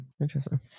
interesting